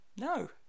no